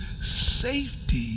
safety